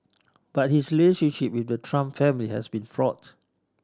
but his relationship with the Trump family has been fraught